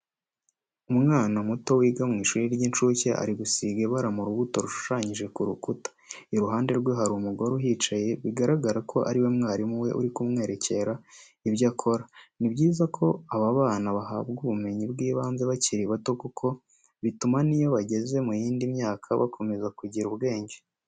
Umwana muto wiga mu ishuri ry'inshuke, ari gusiga ibara mu rubuto rushushanyije ku rukuta. Iruhande rwe hari umugore uhicaye bigaragara ko ari we mwarimu we uri kumwerekera ibyo akora. Ni byiza ko aba bana bahabwa ubumenyi bw'ibanze bakiri bato kuko bituma n'iyo bageze mu yindi myaka bakomeza kugira ubwenge.